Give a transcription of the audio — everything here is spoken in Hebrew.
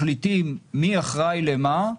מחליטים מי אחראי על מה.